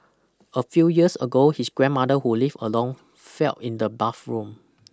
a few years ago his grandmother who lived alone felt in the bathroom